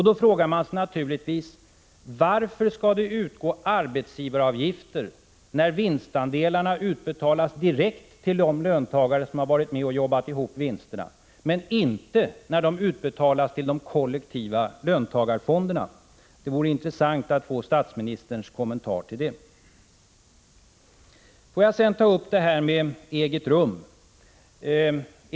Då frågar man sig naturligtvis: Varför skall det utgå arbetsgivaravgifter när vinstandelarna utbetalas direkt till de löntagare som har varit med och jobbat ihop vinsterna men inte när de utbetalas till de kollektiva löntagarfonderna? Det vore intressant att få statsministerns kommentar till det. Får jag sedan ta upp detta med eget rum.